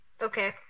Okay